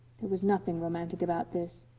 there was nothing romantic about this.